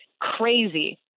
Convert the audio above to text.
crazy